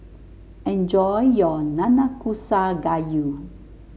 enjoy your Nanakusa Gayu